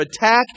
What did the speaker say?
attack